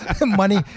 money